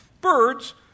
birds